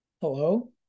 hello